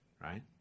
right